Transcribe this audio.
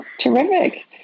Terrific